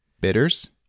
Bitters